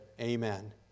amen